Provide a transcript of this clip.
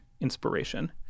inspiration